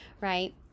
right